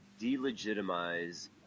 delegitimize